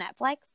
Netflix